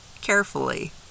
carefully